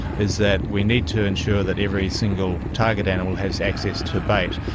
is that we need to ensure that every single target animal has access to bait,